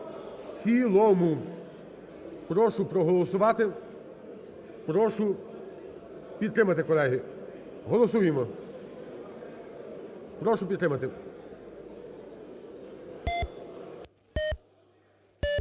в цілому. Прошу проголосувати, прошу підтримати, колеги. Голосуємо! Прошу підтримати.